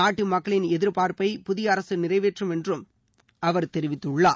நாட்டு மக்களின் எதிர்பார்ப்பை புதிய அரசு நிறைவேற்றும் என்றும் தெரிவித்துள்ளார்